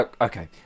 Okay